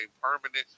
permanent